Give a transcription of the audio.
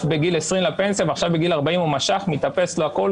בגיל 20 לפנסיה ועכשיו בגיל 40 הוא משך מתאפס לו הכול,